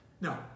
No